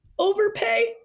overpay